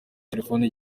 telefoni